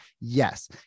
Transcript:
Yes